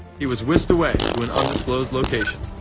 he was whisked away to an undisclosed location.